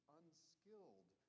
unskilled